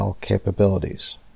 capabilities